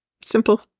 Simple